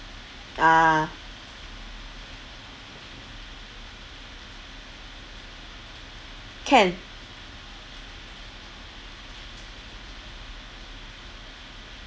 ah can